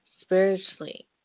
spiritually